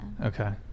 Okay